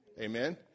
Amen